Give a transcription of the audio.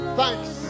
thanks